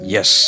Yes